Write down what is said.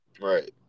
Right